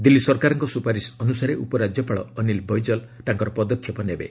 ଦିଲ୍ଲୀ ସରକାରଙ୍କ ସୁପାରିସ ଅନୁସାରେ ଉପରାକ୍ୟପାଳ ଅନିଲ୍ ବୈଜଲ୍ ତାଙ୍କର ପଦକ୍ଷେପ ନେବେ